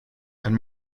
and